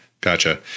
Gotcha